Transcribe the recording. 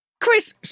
Chris